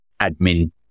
admin